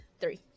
Three